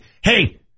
Hey